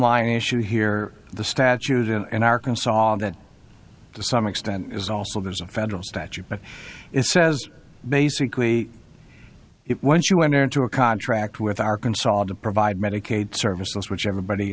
line issue here the statute in an arkansas that to some extent is also there's a federal statute but it says basically it once you enter into a contract with arkansas to provide medicaid services which everybody